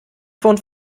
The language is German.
von